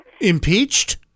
Impeached